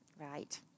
right